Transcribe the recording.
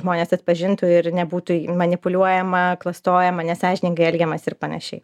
žmonės atpažintų ir nebūtų manipuliuojama klastojama nesąžiningai elgiamasi ir panašiai